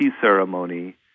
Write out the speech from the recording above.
ceremony